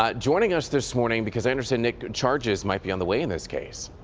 um joining us this morning because i understand, nick, charges might be on the way in this case.